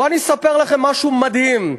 בואו אני אספר לכם משהו מדהים: